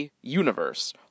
Universe